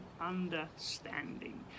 understanding